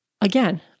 again